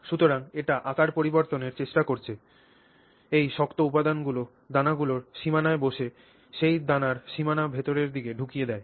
সুতরাং এটি আকার পরিবর্তনের চেষ্টা করছে এই শক্ত উপাদানগুলি দানাগুলির সীমানায় বসে সেই দানার সীমানা ভেতরের দিকে ঢুকিয়ে দেয়